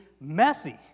messy